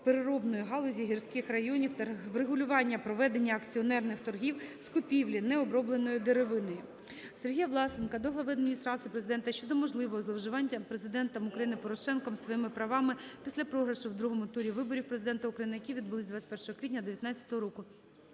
лісопереробної галузі гірських районів та врегулювання проведення акціонерних торгів з купівлі необробленої деревини. Сергія Власенка до глави Адміністрації Президента щодо можливого зловживання Президентом України Петром Порошенком своїми правами після програшу в другому турі виборів Президента України, які відбулися 21 квітня 2019 року.